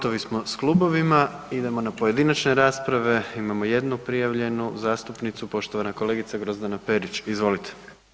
Gotovi smo s klubovima, idemo na pojedinačne rasprave, imamo jednu prijavljenu zastupnicu, poštovana kolegica Grozdana Perić, izvolite.